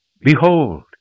Behold